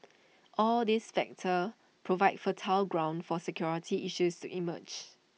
all these factors provide fertile ground for security issues to emerge